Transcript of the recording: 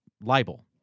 libel